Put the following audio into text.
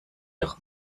durch